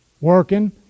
working